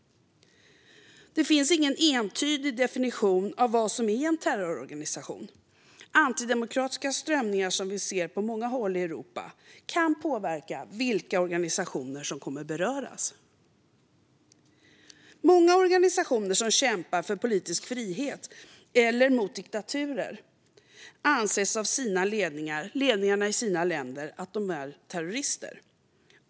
Det finns ingen entydig definition av vad som är en terrororganisation. Antidemokratiska strömningar, som vi ser på många håll i Europa, kan påverka vilka organisationer som kommer att beröras. Många organisationer som kämpar för politisk frihet eller mot diktaturer anses av ledningarna i sina länder vara terrorister.